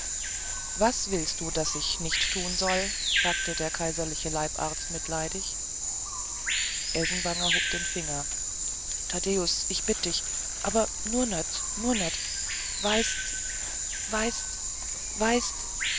was willst du was ich nicht soll fragte der kaiserliche leibarzt mitleidig elsenwanger hob den finger taddäus ich bitt dich aber nur nöt nur nöt weißt d weißt d weißt d